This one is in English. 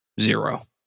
zero